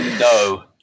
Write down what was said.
No